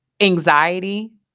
anxiety